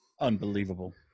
Unbelievable